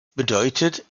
bedeutet